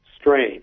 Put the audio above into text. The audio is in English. strain